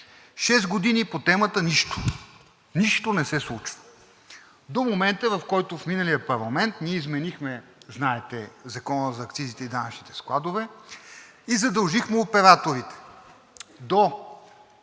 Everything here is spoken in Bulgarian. Шест години по темата и нищо! Нищо не се случва до момента, в който в миналия парламент ние изменихме Закона за акцизите и данъчните складове, задължихме операторите